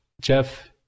Jeff